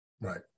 Right